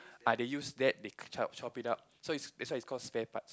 ah they use that they chop chop it up so it's that's why it's called spare part